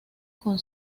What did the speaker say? con